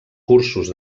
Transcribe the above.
cursos